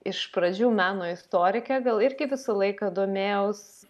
iš pradžių meno istorikė gal irgi visą laiką domėjaus